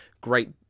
great